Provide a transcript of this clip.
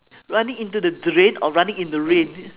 running into the drain or running in the rain